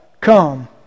come